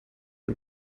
den